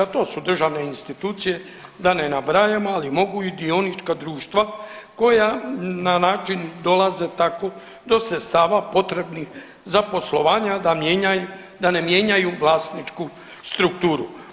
To su državne institucije da ne nabrajamo, ali mogu i dionička društva koja na način dolaze tako do sredstava potrebnih za poslovanje, a da ne mijenjaju vlasničku strukturu.